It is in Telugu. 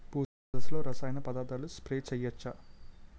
పూత దశలో రసాయన పదార్థాలు స్ప్రే చేయచ్చ?